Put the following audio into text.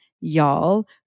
y'all